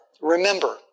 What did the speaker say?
remember